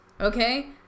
Okay